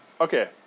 Okay